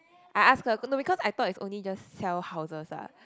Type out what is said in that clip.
I ask her cause no because I thought it's only just sell houses what